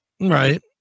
right